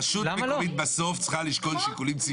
רשות מקומית בסוף צריכה לשקול שיקולים ציבוריים,